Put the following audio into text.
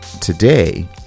today